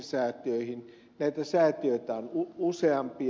näitä säätiöitä on useampia